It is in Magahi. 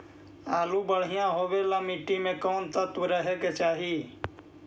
आलु बढ़िया होबे ल मट्टी में कोन तत्त्व रहे के चाही?